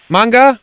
Manga